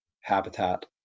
habitat